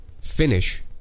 finish